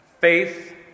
Faith